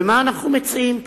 ומה אנחנו מציעים פה?